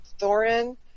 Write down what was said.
Thorin